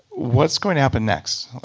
what's going to happen next?